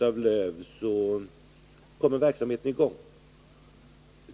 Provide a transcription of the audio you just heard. av löv, så kommer verksamheten i gång.